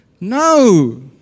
No